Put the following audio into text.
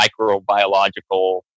microbiological